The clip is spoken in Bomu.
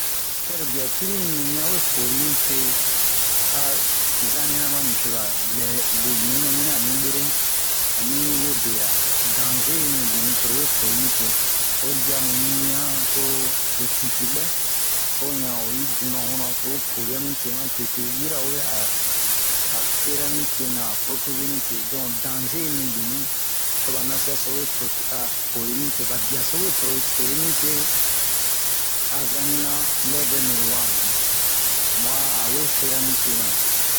sɛrobia cruru mimi ni awe pori mi te a zanina ba nicoza lɛ lo nunɛ mina a mi bwero mu a mi we bera dange yi mibini toro we pori mi te o dia mu ɲui yan to lo titibwɛ ho yan oyi duna ho na to ho poria mi te ma tete yirawe a a fera mi tena a protege mi te don dange yi mibini to ba nasia so we prote a bori mi te ba biaso we pro bori mi te a zani na lɛ vɛ miro wa mu mu'a a we fera mi tena